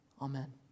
Amen